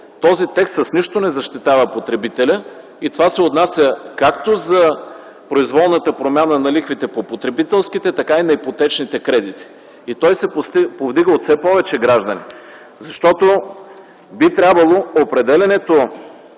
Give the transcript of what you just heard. Този текст с нищо не защитава потребителя и това се отнася както за произволната промяна на лихвите по потребителските, така и на ипотечните кредити. Той се повдига от все повече граждани. Защото би трябвало определянето